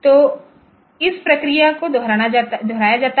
तो इस प्रक्रिया को दोहराया जाता है